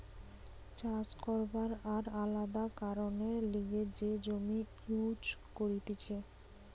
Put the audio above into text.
চাষ করবার আর আলাদা কারণের লিগে যে জমি ইউজ করতিছে